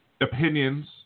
opinions